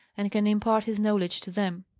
and can impart his knowledge to them.